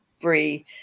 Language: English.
free